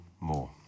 more